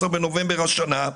ב-15 בנובמבר השנה,